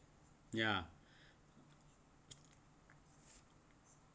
ya